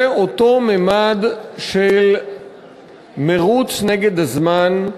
זה אותו ממד של מירוץ נגד הזמן,